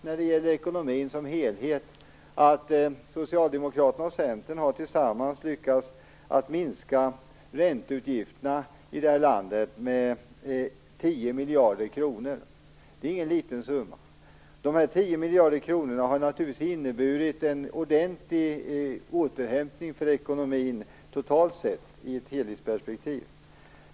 När det gäller ekonomin som helhet har Socialdemokraterna och Centern tillsammans lyckats att minska ränteutgifterna i detta land med 10 miljarder kronor. Det är ingen liten summa. De här 10 miljarder kronorna har naturligtvis inneburit en ordentlig återhämtning i ekonomin totalt sett i ett helhetsperspektiv.